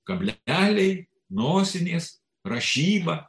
kableliai nosinės rašyba